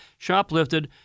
shoplifted